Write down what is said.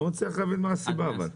לא מצליח להבין מה הסיבה אבל,